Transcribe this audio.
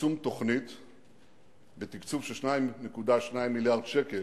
יישום תוכנית בתקצוב של 2.2 מיליארד שקל